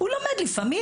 הוא לומד לפעמים,